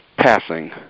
passing